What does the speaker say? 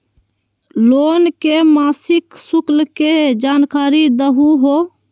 Loan के मासिक शुल्क के जानकारी दहु हो?